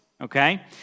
okay